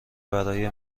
برای